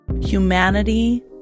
Humanity